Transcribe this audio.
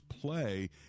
play